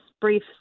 brief